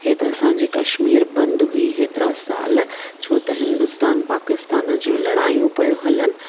इहे त असांजी कश्मीर बंदि हुई हेतिरा साल छो त हिंदुस्तान पाकिस्तान जूं लड़ाइयूं पियूं हलनि